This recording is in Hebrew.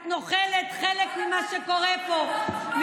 את נוטלת חלק במה שקורה פה.